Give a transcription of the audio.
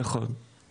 נכון, נכון.